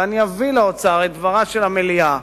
ואני אביא לאוצר את דברה של המליאה,